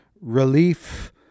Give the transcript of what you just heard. relief